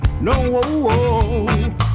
no